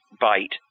bite